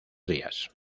días